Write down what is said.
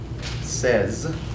says